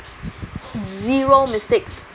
zero mistakes